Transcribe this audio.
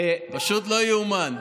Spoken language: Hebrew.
פשוט לא יאומן.